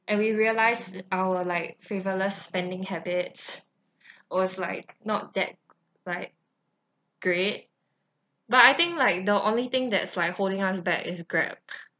and we realised our like frivolous spending habits was like not that g~ like great but I think like the only thing that is like holding us back is grab